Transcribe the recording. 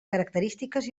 característiques